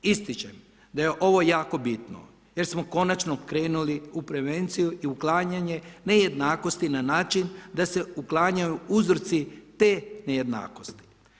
Ističem da je ovo jako bitno jer smo konačno krenuli u prevenciju i uklanjanje nejednakosti na način da se uklanjaju uzroci te nejednakosti.